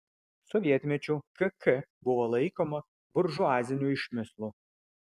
sovietmečiu kk buvo laikoma buržuaziniu išmislu